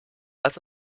lass